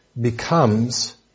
becomes